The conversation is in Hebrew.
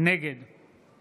נגד